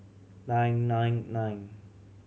nine nine nine